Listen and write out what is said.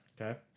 Okay